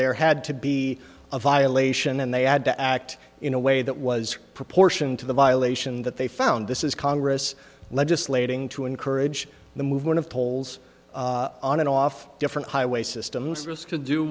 there had to be a violation and they had to act in a way that was proportion to the violation that they found this is congress legislating to encourage the movement of tolls on and off different highway systems